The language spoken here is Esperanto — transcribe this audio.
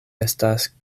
estas